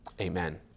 amen